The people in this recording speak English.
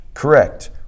correct